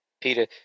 Peter